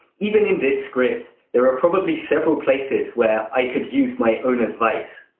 even in this script, there are probably several places where i could use my own advice!